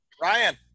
Ryan